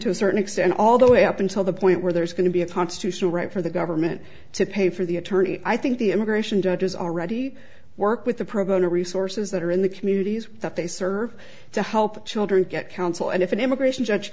to a certain extent all the way up until the point where there's going to be a constitutional right for the government to pay for the attorney i think the immigration judge has already worked with the pro bono resources that are in the communities that they serve to help children get counsel and if an immigration judge